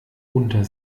unter